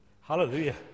Hallelujah